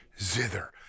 zither